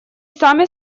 сами